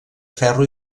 ferro